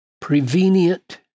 prevenient